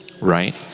right